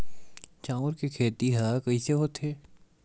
चांउर के खेती ह कइसे होथे?